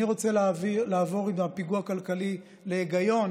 אני רוצה לעבור מהפיגוע הכלכלי להיגיון